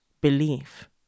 belief